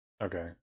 Okay